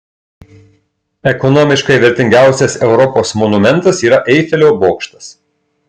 ekonomiškai vertingiausias europos monumentas yra eifelio bokštas